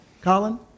Colin